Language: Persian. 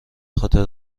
خاطر